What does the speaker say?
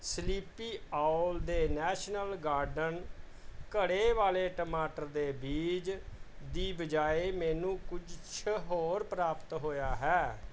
sleepy Owl ਦੇ National Garden ਘੜੇ ਵਾਲੇ ਟਮਾਟਰ ਦੇ ਬੀਜ ਦੀ ਬਜਾਏ ਮੈਨੂੰ ਕੁਛ ਹੋਰ ਪ੍ਰਾਪਤ ਹੋਇਆ ਹੈ